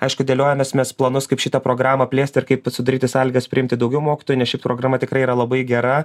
aišku dėliojamės mes planus kaip šitą programą plėsti ir kaip sudaryti sąlygas priimti daugiau mokytojų nes šiaip programa tikrai yra labai gera